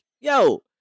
yo